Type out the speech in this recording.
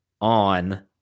on